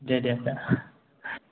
दे दे आदा